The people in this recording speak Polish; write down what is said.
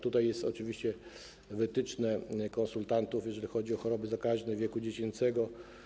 Tutaj są oczywiście wytyczne konsultantów, jeżeli chodzi o choroby zakaźne wieku dziecięcego.